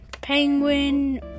Penguin